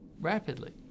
rapidly